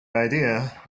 idea